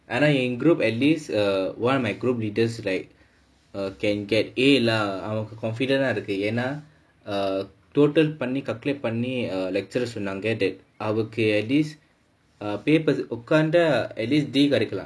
ஆனா என்:aanaa en group at least err one of my group leaders like err can get A lah அவனுக்கு:avanukku confident ah இருக்கு ஏனா:irukku yaennaa err total பண்ணி:panni calculate பண்ணி:panni lecturer சொன்னாங்க நமக்கு:sonnaanga nammakku at least err paper க்கு உட்காந்தா:kku utkaanthaa at least D கிடைக்கலாம்:kidaikkalaam